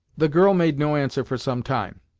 the girl made no answer for some time,